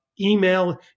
email